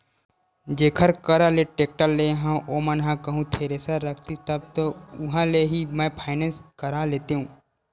जेखर करा ले टेक्टर लेय हव ओमन ह कहूँ थेरेसर रखतिस तब तो उहाँ ले ही मैय फायनेंस करा लेतेव